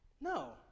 No